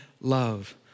love